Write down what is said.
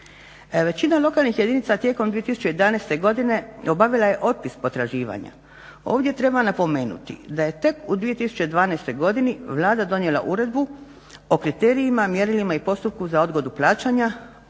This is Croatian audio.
Većina lokalnih jedinica tijekom 2011. godine obavila je otpis potraživanja. Ovdje treba napomenuti da je tek u 2012. godini Vlada donijela Uredbu o kriterijima, mjerilima i postupku za odgodu plaćanja, obročnu